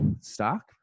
stock